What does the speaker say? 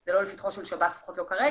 זה לא לפתחו של שב"ס, לפחות לא כרגע,